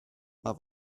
mae